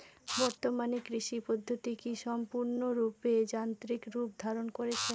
বর্তমানে কৃষি পদ্ধতি কি সম্পূর্ণরূপে যান্ত্রিক রূপ ধারণ করেছে?